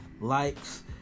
likes